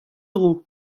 dro